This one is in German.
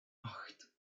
acht